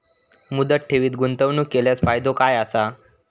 मुदत ठेवीत गुंतवणूक केल्यास फायदो काय आसा?